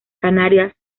canarias